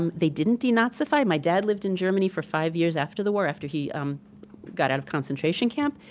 um they didn't denazify. my dad lived in germany for five years after the war, after he um got out of concentration camp,